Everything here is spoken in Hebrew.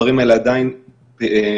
הדברים האלה עדיין פועלים,